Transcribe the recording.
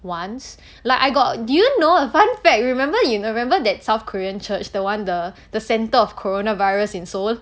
once like I got do you know a fun fact remember you remember that south korean church the one the centre of corona virus in Seoul